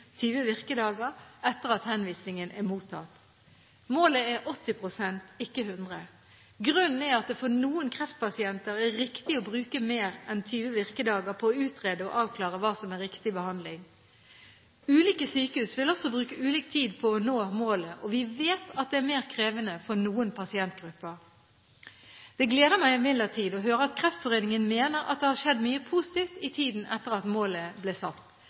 20 virkedager etter at henvisningen er mottatt. Målet er 80 pst. – ikke 100. Grunnen er at det for noen kreftpasienter er riktig å bruke mer enn 20 virkedager på å utrede og avklare hva som er riktig behandling. Ulike sykehus vil også bruke ulik tid på å nå målet, og vi vet at det er mer krevende for noen pasientgrupper. Det gleder meg imidlertid å høre at Kreftforeningen mener at det har skjedd mye positivt i tiden etter at målet ble satt,